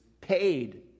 paid